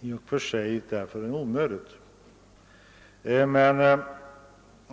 i och för sig är onödigt.